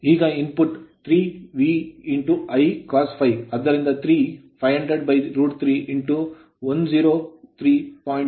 ಈಗ input 3 V I1 cos phi ಆದ್ದರಿಂದ 3 500√3 103